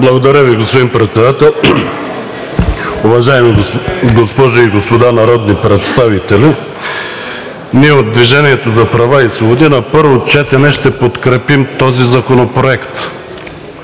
Благодаря Ви, господин Председател. Уважаеми госпожи и господа народни представители! Ние от „Движение за права и свободи“ на първо четене ще подкрепим този законопроект